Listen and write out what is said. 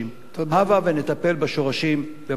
הבה ונטפל בשורשים, במדעי הרוח.